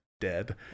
dead